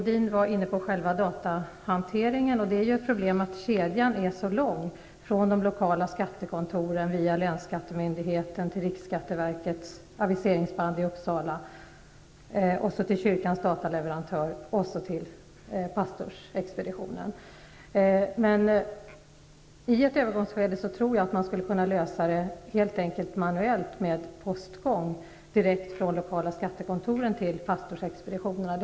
Det är ett problem att kedjan är så lång från de lokala skattekontoren, via länsskattemyndigheten, riksskatteverkets aviseringsband i Uppsala och till kyrkans dataleverantör till pastorsexpeditionen. I ett övergångsskede tror jag man skulle kunna lösa problemet manuellt, med postgång direkt från de lokala skattekontoren till pastorsexpeditionerna.